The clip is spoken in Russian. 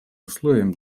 условием